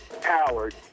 Howard